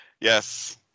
Yes